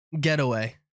getaway